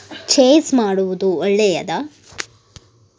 chase ಮಾಡುವುದು ಒಳ್ಳೆಯದಾ